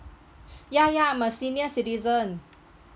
ya ya I'm a senior citizen